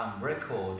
record